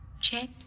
check